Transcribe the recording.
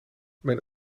mijn